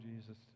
Jesus